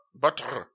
butter